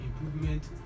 improvement